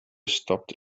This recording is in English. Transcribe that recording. stopped